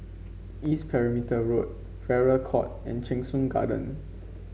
East Perimeter Road Farrer Court and Cheng Soon Garden